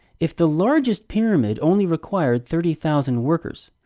if the largest pyramid only required thirty thousand workers,